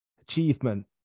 achievement